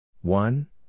One